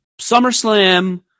SummerSlam